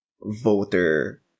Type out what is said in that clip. voter